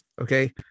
Okay